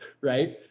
right